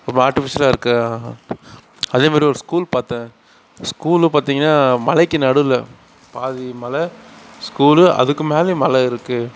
ரொம்ப ஆர்டிஃபிஷியலாக இருக்குது அதே மாதிரி ஒரு ஸ்கூல் பார்த்தேன் ஸ்கூலு பார்த்தீங்கன்னா மலைக்கு நடுவில் பாதி மலை ஸ்கூலு அதுக்கு மேலியும் மலை இருக்குது